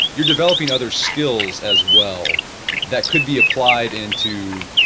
you are developing other skills as well that could be applied into,